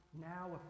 now